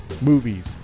movies